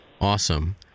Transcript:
Awesome